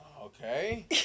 Okay